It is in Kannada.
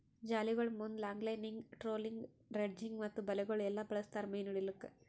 ಜಾಲಿಗೊಳ್ ಮುಂದ್ ಲಾಂಗ್ಲೈನಿಂಗ್, ಟ್ರೋಲಿಂಗ್, ಡ್ರೆಡ್ಜಿಂಗ್ ಮತ್ತ ಬಲೆಗೊಳ್ ಎಲ್ಲಾ ಬಳಸ್ತಾರ್ ಮೀನು ಹಿಡಿಲುಕ್